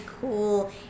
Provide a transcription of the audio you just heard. cool